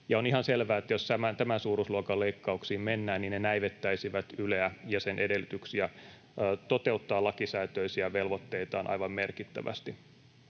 On ihan selvää, että jos tämän suuruusluokan leikkauksiin mennään, niin ne näivettäisivät Yleä ja sen edellytyksiä toteuttaa lakisääteisiä velvoitteitaan aivan merkittävästi.